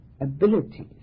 abilities